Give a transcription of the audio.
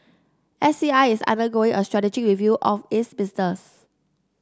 S C I is undergoing a strategic review of its business